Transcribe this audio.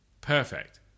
Perfect